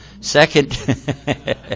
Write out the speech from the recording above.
Second